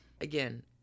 Again